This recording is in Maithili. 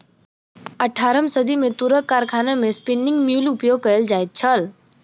अट्ठारम सदी मे तूरक कारखाना मे स्पिन्निंग म्यूल उपयोग कयल जाइत छल